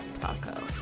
taco